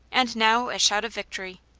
and now a shout of victory.